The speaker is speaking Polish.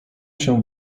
się